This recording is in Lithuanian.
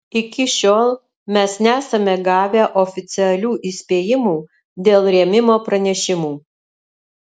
iki šiol mes nesame gavę oficialių įspėjimų dėl rėmimo pranešimų